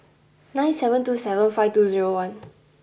nine seven two seven five two zero one